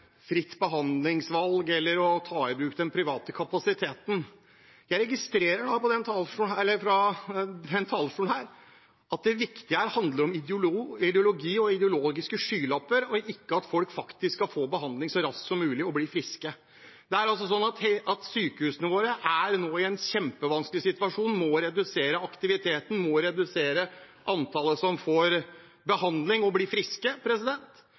å ta i bruk den private kapasiteten. Jeg registrerer, fra denne talerstolen, at det viktige her handler om ideologi og ideologiske skylapper – og ikke at folk faktisk skal få behandling så raskt som mulig og bli friske. Det er altså slik at sykehusene våre nå er i en kjempevanskelig situasjon og må redusere aktiviteten, må redusere antallet som får behandling og blir friske,